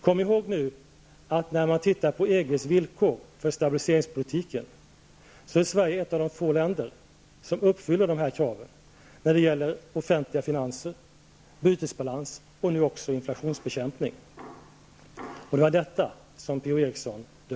Kom ihåg nu att när man tittar på EGs villkor för stabiliseringpolitiken, så finner man att Sverige är ett av de få länder som uppfyller kraven då det gäller offentliga finanser, bytesbalans och nu också inflationsbekämpningen. Det var detta som P-O